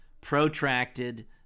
protracted